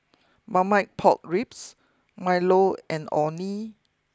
Marmite Pork Ribs Milo and Orh Nee